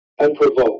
unprovoked